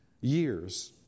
years